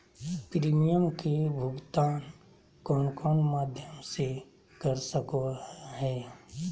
Premium के भुक्तान कौन कौन माध्यम से कर सको है?